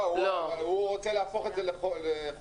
לא, הוא רוצה שנהפוך את זה לחובה.